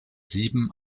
sieben